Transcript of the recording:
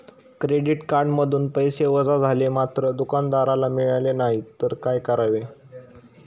Credit कार्डमधून पैसे वजा झाले मात्र दुकानदाराला मिळाले नाहीत तर काय करावे?